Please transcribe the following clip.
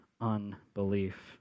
unbelief